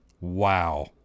Wow